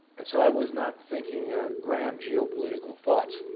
and so i was not thinking grand geopolitical thoughts,